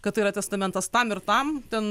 kad tai yra testamentas tam ir tam ten